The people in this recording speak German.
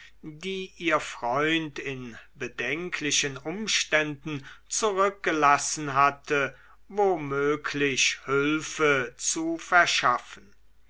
die ihr freund in bedenklichen umständen zurückgelassen hatte womöglich hülfe zu verschaffen